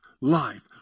life